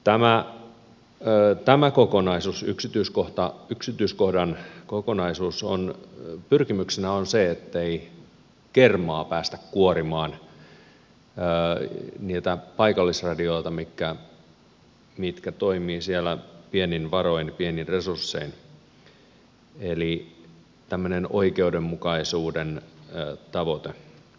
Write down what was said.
tämä ä ja tämä kokonaisuus tämän yksityiskohdan pyrkimyksenä kokonaisuudessa on se ettei kermaa päästä kuorimaan niiltä paikallisradioilta mitkä toimivat siellä pienin varoin pienin resurssein eli kyseessä on tämmöinen oikeudenmukaisuuden tavoite